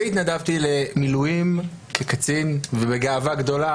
והתנדבתי למילואים כקצין ובגאווה גדולה